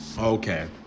Okay